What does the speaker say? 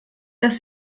das